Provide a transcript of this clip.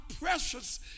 precious